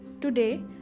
today